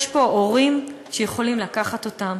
יש פה הורים שיכולים לקחת אותם,